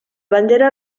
bandera